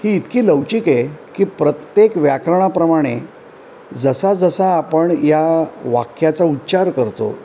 ही इतकी लवचिक आहे की प्रत्येक व्याकरणाप्रमाणे जसाजसा आपण या वाक्याचा उच्चार करतो